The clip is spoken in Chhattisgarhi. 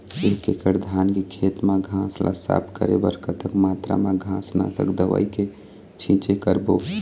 एक एकड़ धान के खेत मा घास ला साफ करे बर कतक मात्रा मा घास नासक दवई के छींचे करबो?